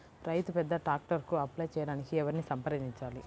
రైతు పెద్ద ట్రాక్టర్కు అప్లై చేయడానికి ఎవరిని సంప్రదించాలి?